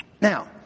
Now